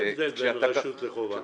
מה ההבדל בין רשות לחובה?